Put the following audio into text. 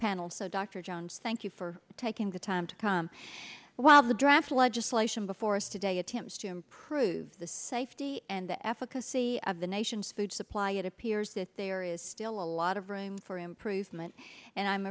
panel so dr jones thank you for taking the time to come while the draft legislation before us today attempts to improve the safety and the efficacy of the nation's food supply it appears that there is still a lot of room for improvement and i'm